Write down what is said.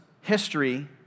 history